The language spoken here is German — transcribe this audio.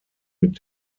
mit